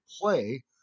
play